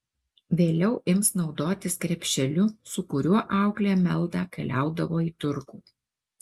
vėliau ims naudotis krepšeliu su kuriuo auklė meldą keliaudavo į turgų